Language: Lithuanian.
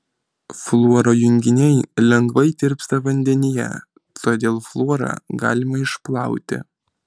fluoro junginiai lengvai tirpsta vandenyje todėl fluorą galima išplauti